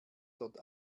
dort